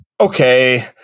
okay